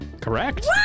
Correct